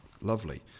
Lovely